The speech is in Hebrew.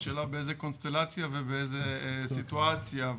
השאלה באיזו קונסטלציה ובאיזו סיטואציה.